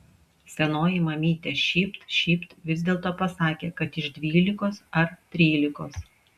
senoji mamytė šypt šypt vis dėlto pasakė kad iš dvylikos ar trylikos